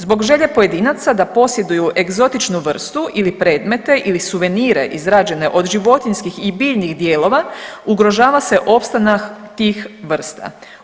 Zbog želje pojedinaca do posjeduju egzotičnu vrstu ili predmete ili suvenire izrađene od životinjskih i biljnih dijelova ugrožava se opstanak tih vrsta.